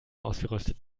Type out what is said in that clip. ausgerüstet